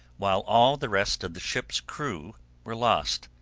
while all the rest of the ship's crew were lost.